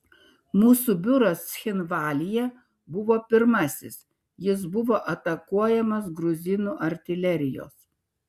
mūsų biuras cchinvalyje buvo pirmasis jis buvo atakuojamas gruzinų artilerijos